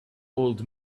old